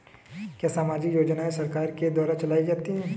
क्या सामाजिक योजनाएँ सरकार के द्वारा चलाई जाती हैं?